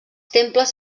temples